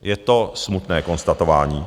Je to smutné konstatování.